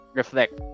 reflect